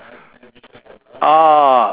ah